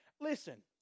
listen